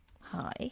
Hi